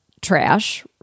trash